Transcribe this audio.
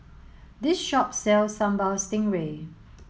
this shop sells Sambal Stingray